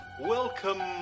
Welcome